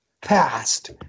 past